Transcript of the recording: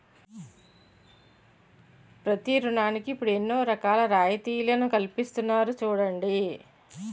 ప్రతి ఋణానికి ఇప్పుడు ఎన్నో రకాల రాయితీలను కల్పిస్తున్నారు చూడండి